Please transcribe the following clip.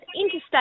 interstate